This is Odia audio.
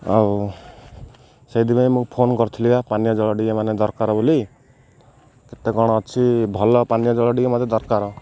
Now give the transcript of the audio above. ଆଉ ସେଇଥିପାଇଁ ମୁଁ ଫୋନ୍ କରିଥିଲି ବା ପାନୀୟ ଜଳ ଟିକେ ମାନେ ଦରକାର ବୋଲି କେତେ କ'ଣ ଅଛି ଭଲ ପାନୀୟ ଜଳ ଟିକେ ମତେ ଦରକାର